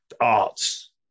arts